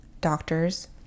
doctors